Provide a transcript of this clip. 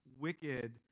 wicked